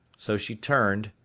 so she turned,